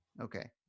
okay